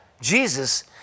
Jesus